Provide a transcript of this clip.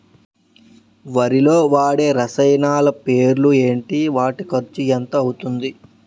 వరిలో వాడే రసాయనాలు పేర్లు ఏంటి? వాటి ఖర్చు ఎంత అవతుంది?